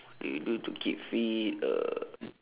what you do to keep fit uh